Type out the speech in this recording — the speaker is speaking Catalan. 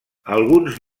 alguns